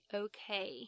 okay